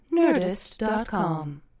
Nerdist.com